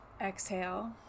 Exhale